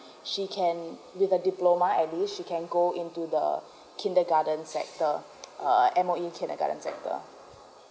she can with the diploma I mean she can go into the kindergarten sector err M_O_E kindergarten sector uh